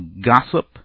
gossip